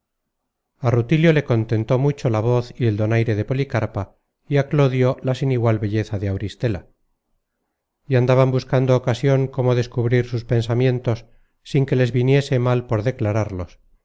rutilio le contentó mucho la voz y el donaire de policarpa y á clodio la sin igual belleza de auristela y andaban buscando ocasion cómo descubrir sus pensamientos sin que les viniese mal por declararlos